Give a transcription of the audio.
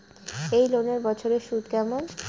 এই লোনের বছরে সুদ কেমন?